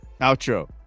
Outro